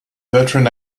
veteran